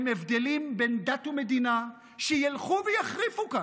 הם הבדלים בין דת למדינה שילכו ויחריפו כאן.